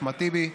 אחמד טיבי,